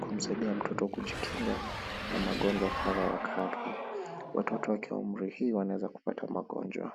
kumsaidia mtoto kujikinga na magonjwa kadhaa wa kadhaa. Watoto wakiwa umri hii wanaweza kupata magonjwa.